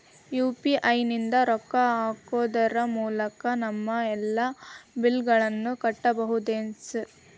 UPI ನಿಂದ ರೊಕ್ಕ ಹಾಕೋದರ ಮೂಲಕ ನಮ್ಮ ಎಲ್ಲ ಬಿಲ್ಲುಗಳನ್ನ ಕಟ್ಟಬಹುದೇನ್ರಿ?